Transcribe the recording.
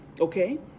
okay